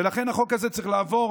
ולכן החוק הזה צריך לעבור.